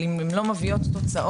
אבל אם הן לא מביאות תוצאות